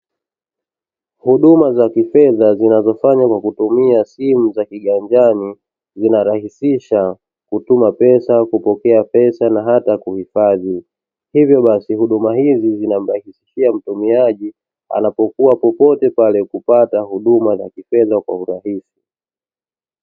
Huduma za kifedha zinazofanywa kwa kutumia simu za kiganjani zinarahisisha kutuma pesa, kutoa pesa na hata kuhifadhi, hivyo basi huduma hizi zinarahisishia mtumiaji anapokuwa popote pale kupata huduma za kifedha kwa urahisi.